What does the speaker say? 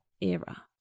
era